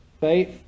faith